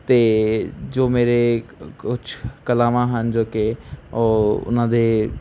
ਅਤੇ ਜੋ ਮੇਰੇ ਕ ਕੁਛ ਕਲਾਵਾਂ ਹਨ ਜੋ ਕਿ ਉਹ ਉਨ੍ਹਾਂ ਦੇ